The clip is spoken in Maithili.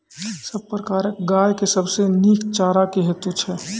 सब प्रकारक गाय के सबसे नीक चारा की हेतु छै?